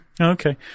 Okay